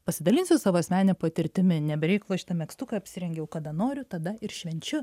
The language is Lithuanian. pasidalinsiu savo asmenine patirtimi ne be reikalo šitą megztuką apsirengiau kada noriu tada ir švenčiu